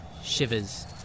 shivers